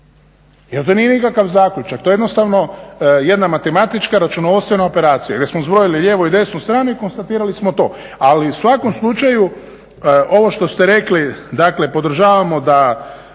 jer to nije nikakav zaključak, to je jednostavno jedna matematička računovodstvena operacija gdje smo zbrojili lijevu i desnu stranu i konstatirali smo to. Ali u svakom slučaju ovo što ste rekli, dakle podržavamo da